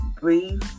Breathe